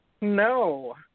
No